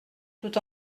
tout